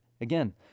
Again